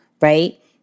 right